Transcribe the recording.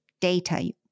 data